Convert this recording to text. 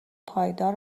پایدار